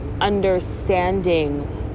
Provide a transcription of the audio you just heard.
understanding